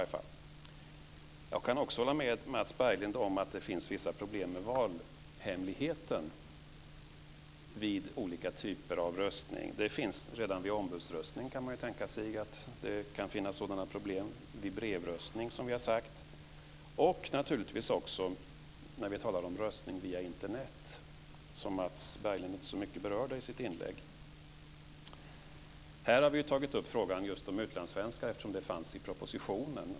Jag kan också hålla med Mats Berglind om att det finns vissa problem med valhemligheten vid olika typer av röstning. Redan vid ombudsröstning kan man tänka sig att det kan finnas sådana problem, vid brevröstning, som vi har sagt, och naturligtvis också när vi talar om röstning via Internet, som Mats Berglind inte berörde så mycket i sitt inlägg. Här har vi tagit upp frågan om just utlandssvenskar eftersom de fanns med i propositionen.